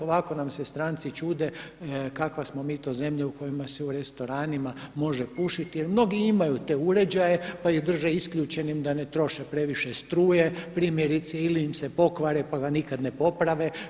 Ovako nam se stranci čude kakva smo mi to zemlja u kojima se u restoranima može pušiti jer mnogi imaju te uređaje pa ih drže isključenim da ne troše previše struje, primjerice, ili im se pokvare pa ga nikada ne poprave.